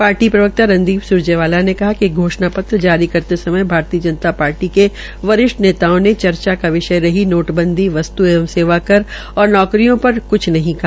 party प्रवक्ता रणदीप स्रजेवाला ने कहा है कि घोषणा पत्र जारी करते समय भारतीय जनता पार्टी के वरिष्ठ नेताओ ने चर्चा का विषय रही नोटबंदी वस्त् एंव सेवा कर जीएसटी और नौकरियों पर कुछ नहीं कहा